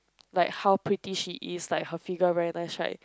like how pretty she is like her figure very nice right